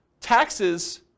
taxes